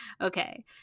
okay